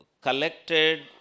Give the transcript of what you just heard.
collected